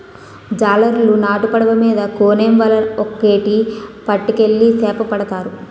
జాలరులు నాటు పడవ మీద కోనేమ్ వల ఒక్కేటి పట్టుకెళ్లి సేపపడతారు